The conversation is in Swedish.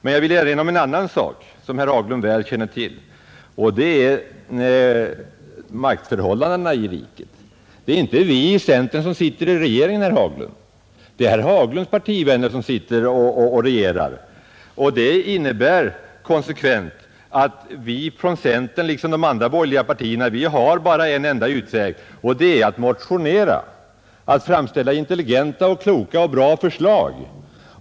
Men jag vill erinra om en annan sak som herr Haglund väl känner till — maktförhållandena i riket. Det är inte vi i centerpartiet som sitter i regeringen, herr Haglund, det är herr Haglunds partivänner som regerar. Det innebär att vi från centerpartiet liksom från de andra borgerliga partierna bara har en utväg — att motionera, att framlägga kloka och bra förslag.